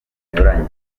binyuranye